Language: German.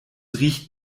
riecht